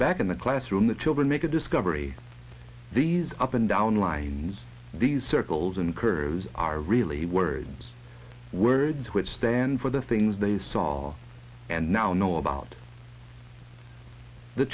back in the classroom the children make a discovery these up and down lines these circles and curves are really words words which stand for the things they solve and now know about the